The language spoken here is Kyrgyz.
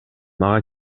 мага